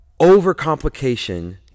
overcomplication